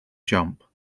jump